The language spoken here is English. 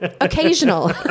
Occasional